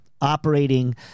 operating